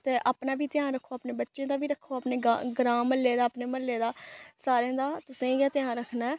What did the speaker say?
ते अपना बी ध्यान रक्खो अपने बच्चें दा बी रक्खो अपने गा ग्रां म्हल्ले दा अपने म्हल्ले दा सारें दा तुसें गी गै ध्यान रक्खना ऐ